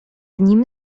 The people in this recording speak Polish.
nim